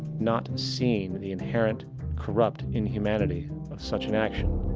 not seen the inherent corrupt inhumanity of such an action.